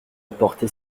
apporté